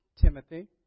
Timothy